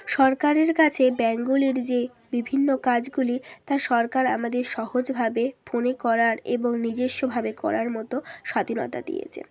সরকারের কাছে ব্যাংকগুলির যে বিভিন্ন কাজগুলি তা সরকার আমাদের সহজভাবে ফোনে করার এবং নিজস্বভাবে করার মতো স্বাধীনতা দিয়েছে